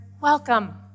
welcome